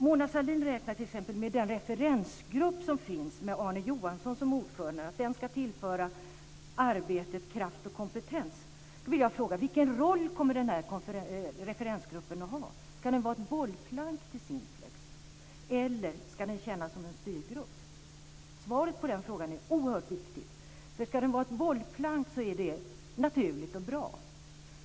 Mona Sahlin räknar t.ex. med att den referensgrupp som finns med Arne Johansson som ordförande ska tillföra arbetet kraft och kompetens. Då vill jag fråga: Vilken roll kommer den här referensgruppen att ha? Ska den vara ett bollplank till Simplex eller ska den tjäna som en stödgrupp? Svaret på den frågan är oerhört viktigt. Ska den vara ett bollplank så är det naturligt och bra.